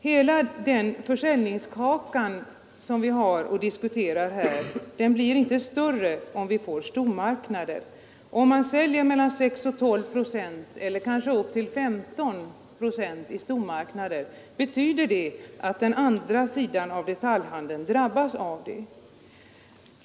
Hela den försäljningskaka som vi diskuterar här blir inte större, om vi får stormarknader. Om mellan 6 och 12 procent eller kanske upp till 15 procent av varuförsäljningen sker i stormarknader, kommer den andra sidan av detaljhandeln att drabbas av detta.